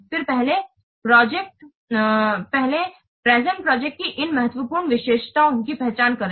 फिर पहले present project की इन महत्वपूर्ण विशेषताओं की पहचान करें